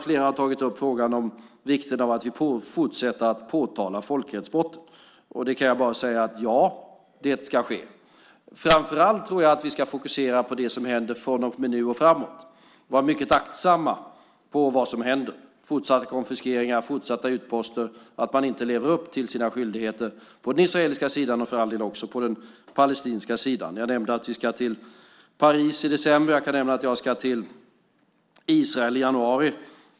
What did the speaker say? Flera har tagit upp vikten av att vi fortsätter att påtala folkrättsbrottet. Det kommer att ske. Framför allt ska vi fokusera på det som händer från och med nu och vara mycket uppmärksamma på vad som händer - fortsatta konfiskeringar, fortsatta utposter, att man inte lever upp till sina skyldigheter på den israeliska sidan eller för all del på den palestinska sidan. Jag nämnde att vi ska till Paris i december. Jag kan också nämna att jag ska till Israel i januari.